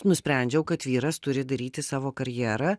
nusprendžiau kad vyras turi daryti savo karjerą